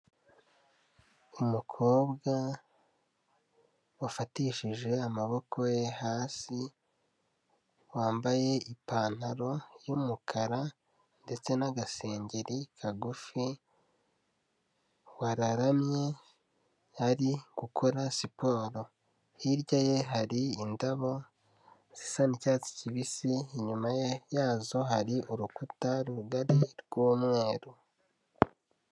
Umukobwa wafatishije amaboko ye hasi wambaye ipantaro y'umukara ndetse n'agasengeri kagufi, wararamye ari gukora siporo. Hirya ye hari indabo zisa n'icyatsi kibisi, inyuma yazo hari urukuta rugari rw'umweru.